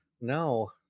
no